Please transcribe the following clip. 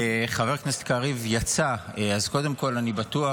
חבר הכנסת קריב יצא, אז קודם כול אני בטוח